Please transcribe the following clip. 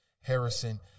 Harrison